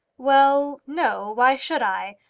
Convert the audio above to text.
well no why should i?